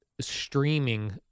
streaming